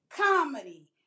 comedy